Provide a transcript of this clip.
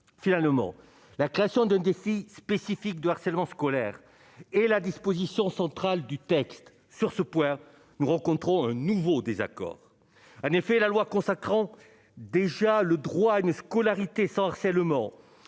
finalement la création d'indécis spécifique de harcèlement scolaire et la disposition centrale du texte sur ce point, nous rencontrons un nouveau désaccord en effet la loi consacrant déjà le droit à une scolarité sort c'est